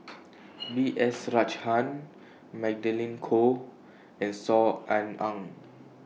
B S Rajhans Magdalene Khoo and Saw Ean Ang